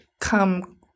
come